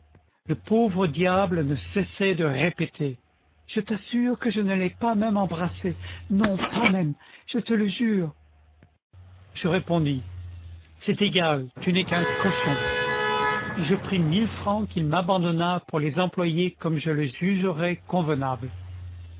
le pauvre diable ne cessait de répéter je t'assure que je ne l'ai pas même embrassée non pas même je te le jure je répondis c'est égal tu n'es qu'un cochon et je pris mille francs qu'il m'abandonna pour les employer comme je le jugerais convenable